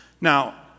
Now